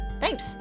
Thanks